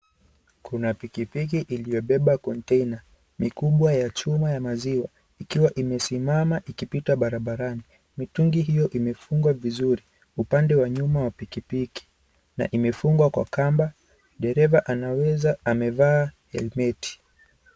Kuna pikipiki imebeba container mikubwa ya chuma ya maziwa, ikiwa imesimama ikipita barabarani. Mitungi hiyo imefungwa vizuri upande wa nyuma ya pikipiki. Na imefungwa kwa kamba, dereva anaweza amevaa helmet .